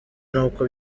nuko